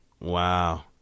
Wow